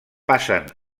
passen